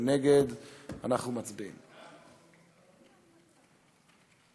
אנחנו כאילו מדברים עם